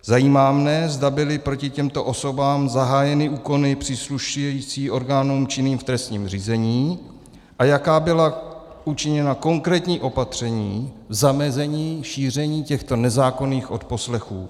Zajímá mě, zda byly proti těmto osobám zahájeny úkony příslušející orgánům činným v trestním řízení a jaká byla učiněna konkrétní opatření k zamezení šíření těchto nezákonných odposlechů.